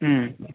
ఆ